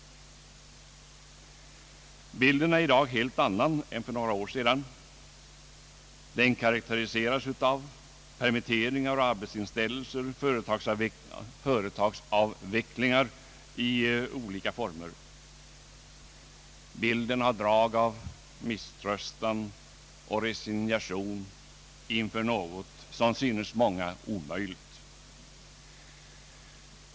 Bilden är i dag en helt annan än för några år sedan. Den karakteriseras av permitteringar och företagsavvecklingar i olika former. Bilden har drag av misströstan och resignation inför något som synes många omöjligt.